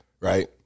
Right